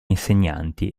insegnanti